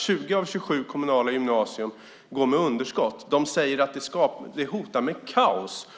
20 av 27 kommunala gymnasier har ett underskott och säger att kaos hotar